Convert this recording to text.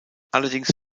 allerdings